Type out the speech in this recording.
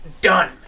done